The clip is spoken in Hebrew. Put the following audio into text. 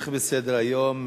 נמשיך בסדר-היום.